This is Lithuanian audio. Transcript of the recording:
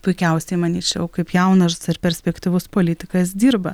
puikiausiai manyčiau kaip jaunas perspektyvus politikas dirba